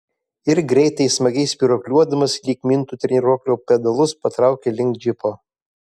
ir greitai smagiai spyruokliuodamas lyg mintų treniruoklio pedalus patraukė link džipo